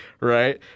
right